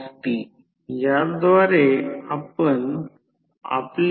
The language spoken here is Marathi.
4450 हर्ट्झ आणि हे 60 मिळेल